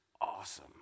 awesome